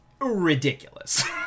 ridiculous